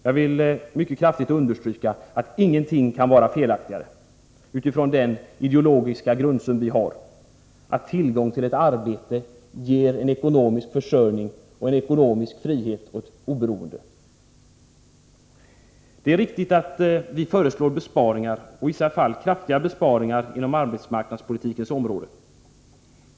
Jag vill mycket kraftigt understryka att ingenting kan vara mer felaktigt. Vår ideologiska grundsyn innebär att tillgången till ett arbete ger en ekonomisk försörjning, en ekonomisk frihet och ett oberoende. Det är riktigt att vi föreslår besparingar, i vissa fall kraftiga besparingar inom arbetsmarknadspolitikens område.